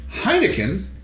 Heineken